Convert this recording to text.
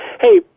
hey